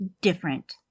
different